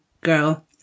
girl